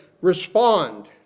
respond